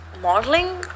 Modeling